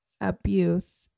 abuse